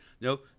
no